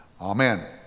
Amen